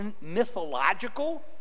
mythological